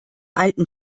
alten